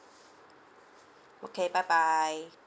okay bye bye